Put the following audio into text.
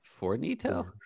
Fornito